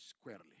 squarely